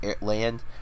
land